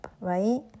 right